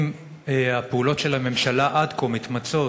אם הפעולות של הממשלה עד כה מתמצות